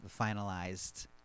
finalized